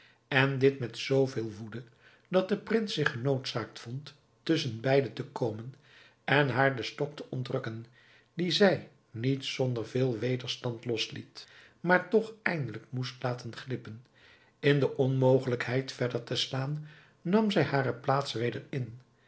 en dit met zooveel woede dat de prins zich genoodzaakt vond tusschenbeide te komen en haar den stok te ontrukken dien zij niet zonder veel wederstand losliet maar toch eindelijk moest laten glippen in de onmogelijkheid verder te slaan nam zij hare plaats weder in